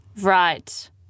right